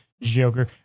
Joker